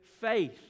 faith